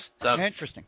Interesting